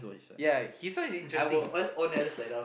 yeah his one is interesting